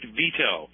veto